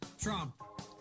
Trump